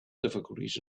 difficulties